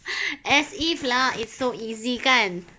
as if lah it's so easy kan